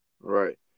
Right